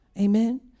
Amen